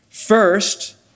First